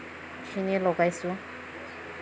সেইখিনিয়ে লগাইছোঁ